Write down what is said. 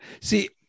See